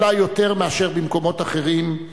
אולי יותר מאשר במקומות אחרים,